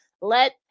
let